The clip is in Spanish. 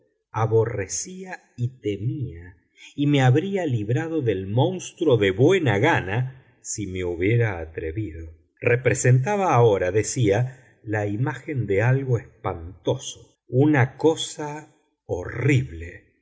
aborrecía y temía y me habría librado del monstruo de buena gana si me hubiera atrevido representaba ahora decía la imagen de algo espantoso una cosa horrible